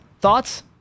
Thoughts